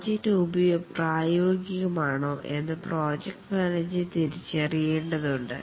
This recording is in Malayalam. പ്രോജക്ട് പ്രായോഗികമാണോ എന്ന് പ്രോജക്ട് മാനേജർ തിരിച്ചറിയേണ്ടതുണ്ട്